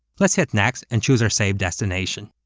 lets hit next and choose our save destination.